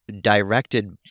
directed